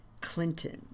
Clinton